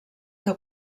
que